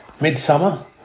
Midsummer